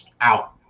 out